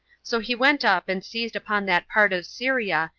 so he went up, and seized upon that part of syria,